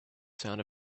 sound